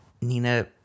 nina